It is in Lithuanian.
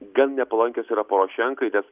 gan nepalankios yra porošenkai kas